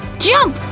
jump!